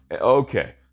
Okay